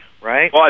right